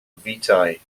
vitae